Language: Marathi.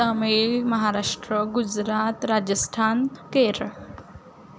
तमिळ महाराष्ट्र गुजरात राजस्थान केरळ